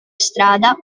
strada